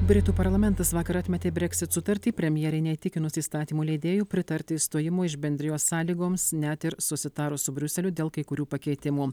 britų parlamentas vakar atmetė breksit sutartį premjerei neįtikinus įstatymų leidėjui pritarti išstojimo iš bendrijos sąlygoms net ir susitarus su briuseliu dėl kai kurių pakeitimų